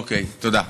אוקיי, תודה.